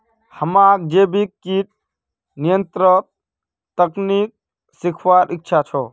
हमाक जैविक कीट नियंत्रण तकनीक सीखवार इच्छा छ